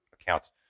accounts